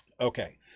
Okay